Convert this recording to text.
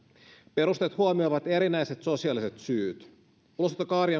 perusteet huomioivat erinäiset sosiaaliset syyt ulosottokaari